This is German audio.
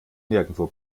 nirgendwo